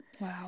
Wow